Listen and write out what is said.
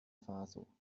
faso